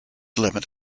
limit